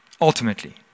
Ultimately